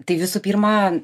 tai visų pirma